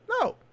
No